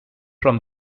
from